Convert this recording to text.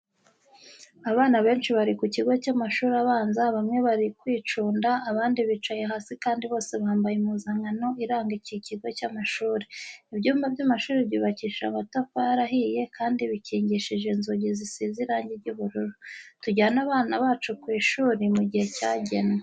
Abana benshi bari ku kigo cy'amashuri abanza bamwe bari kwicunda, abandi bicaye hasi kandi bose bambaye impuzankano iranga iki kigo cy'amashuri. Ibyumba by'amashuri byubakishije amatafari ahiye kandi bikingishije inzugi zisize irangi ry'ubururu. Tujyane abana bacu ku ishuri mu gihe cyagenwe.